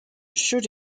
should